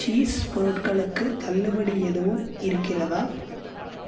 cheese பொருட்களுக்கு தள்ளுபடி எதுவும் இருக்கிறதா